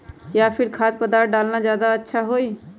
या फिर खाद्य पदार्थ डालना ज्यादा अच्छा होई?